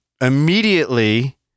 immediately